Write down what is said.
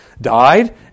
died